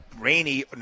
Rainy